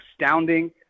astounding